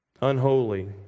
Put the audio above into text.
unholy